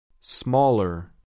Smaller